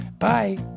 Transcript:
Bye